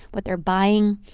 what they're buying.